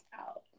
out